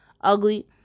ugly